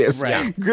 Right